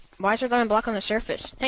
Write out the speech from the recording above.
my eyes are going black on the surface.